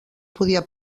podia